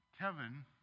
Kevin